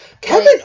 Kevin